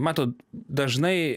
matot dažnai